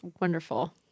wonderful